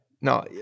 No